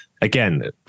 again